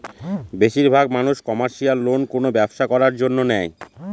বেশির ভাগ মানুষ কমার্শিয়াল লোন কোনো ব্যবসা করার জন্য নেয়